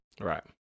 Right